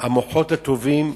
המוחות הטובים,